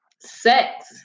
sex